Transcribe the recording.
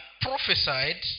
prophesied